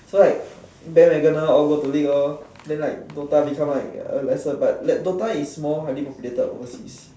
so like bandwagon lor all go to league lor then like DOTA become like a lesser but like DOTA is more highly populated overseas